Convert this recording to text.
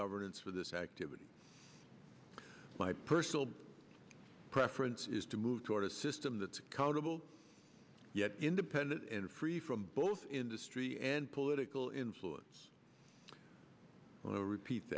governance for this activity my personal preference is to move toward a system that's accountable yet independent and free from both industry and political influence when i repeat